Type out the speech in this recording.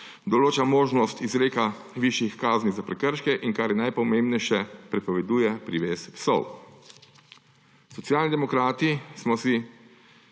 določa možnost izreka višjih kazni za prekrške, in kar je najpomembnejše, prepoveduje privez psov. Socialni demokrati smo si